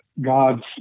God's